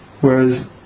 Whereas